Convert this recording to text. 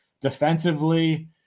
Defensively